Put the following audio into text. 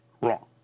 wrong